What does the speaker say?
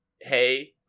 hey